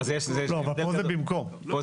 כאן זה במקום.